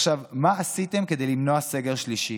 עכשיו, מה עשיתם כדי למנוע סגר שלישי?